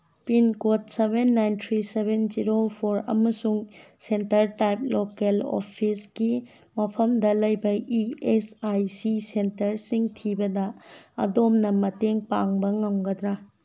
pincode seven nine three seven zero four ꯑꯃꯁꯨꯡ centre type local ꯑꯣꯐꯤꯁꯀꯤ ꯃꯐꯝꯗ ꯂꯩꯕ ꯏ ꯑꯦꯁ ꯑꯥꯏ ꯁꯤ ꯁꯦꯟꯇꯔꯁꯤꯡ ꯊꯤꯕꯗ ꯑꯗꯣꯝꯅ ꯃꯇꯦꯡ ꯄꯥꯡꯕ ꯉꯝꯒꯗ꯭ꯔꯥ